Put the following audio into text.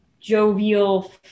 jovial